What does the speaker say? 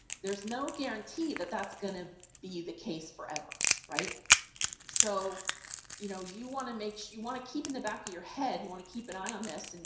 there's no guarantee that that's going to be the case forever. so so you know you want to make so you want to keep in the back of your head, you want to keep an eye on this, and